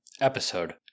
episode